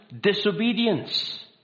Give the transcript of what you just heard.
disobedience